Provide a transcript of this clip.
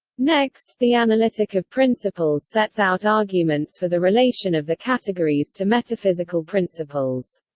next, the analytic of principles sets out arguments for the relation of the categories to metaphysical principles.